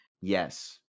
Yes